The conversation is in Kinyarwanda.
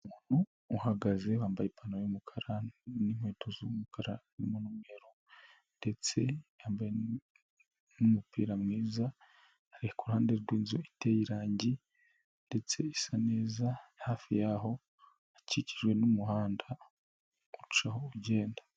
Umuntu uhagaze wambaye ipantaro y'umukara n'inkweto z'umukara n'umweru ndetse yambaye n'umupira mwiza. ari ku ruhande rw'inzu iteye irangi ndetse isa neza, hafi y'aho hakikijwe n'umuhanda ucaho ugenda.